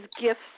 gifts